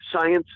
Science